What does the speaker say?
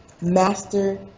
master